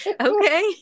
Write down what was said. okay